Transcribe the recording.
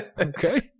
Okay